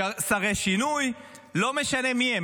שרי שינוי, לא משנה מי הם.